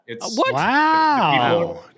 Wow